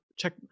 Check